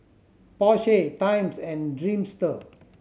Porsche Times and Dreamster